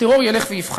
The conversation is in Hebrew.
הטרור ילך ופחת.